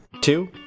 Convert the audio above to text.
two